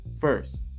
first